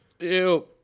Ew